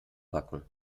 backen